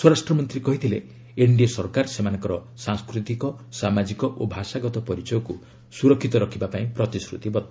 ସ୍ୱରାଷ୍ଟ୍ରମନ୍ତ୍ରୀ କହିଥିଲେ ଏନ୍ଡିଏ ସରକାର ସେମାନଙ୍କର ସାଂସ୍କୃତିକ ସାମାଜିକ ଓ ଭାଷାଗତ ପରିଚୟକୁ ସୁରକ୍ଷିତ ରଖିବାକୁ ପ୍ରତିଶ୍ରତିବଦ୍ଧ